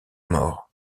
mort